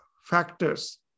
factors